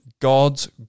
God's